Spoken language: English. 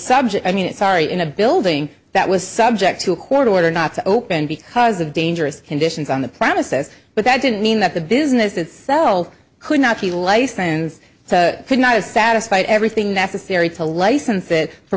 subject i mean it sorry in a building that was subject to a court order not to open because of dangerous conditions on the premises but that didn't mean that the business itself could not be laced friends could not have satisfied everything necessary to license it for